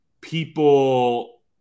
people